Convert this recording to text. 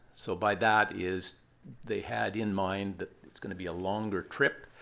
so by that is they had in mind that it's going to be a longer trip.